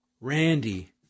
Randy